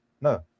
no